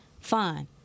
fine